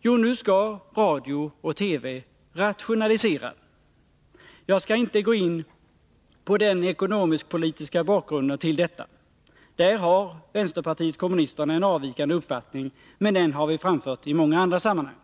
Jo, nu skall radio och TV rationalisera. Jag skall inte gå in på den ekonomisk-politiska bakgrunden till detta — där har vpk en avvikande uppfattning, men den har vi framfört i många andra sammanhang.